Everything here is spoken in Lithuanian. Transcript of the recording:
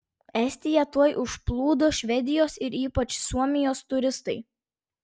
estiją tuoj užplūdo švedijos ir ypač suomijos turistai